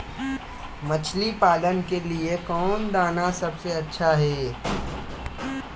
मछली पालन के लिए कौन दाना सबसे अच्छा है?